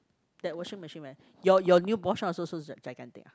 that washing machine when your your new Bosch one also so gigantic ah